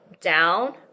down